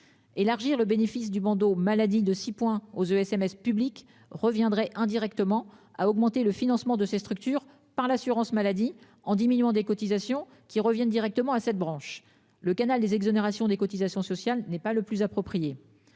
Élargir le bénéfice du bandeau maladie de 6 aux ce SMS public reviendrait indirectement à augmenter le financement de ces structures par l'assurance maladie en diminuant des cotisations qui reviennent directement à cette branche le canal des exonérations des cotisations sociales n'est pas le plus approprié.